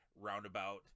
roundabout